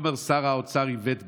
ויאמר שר האוצר איווט בליבו: